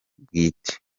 bwite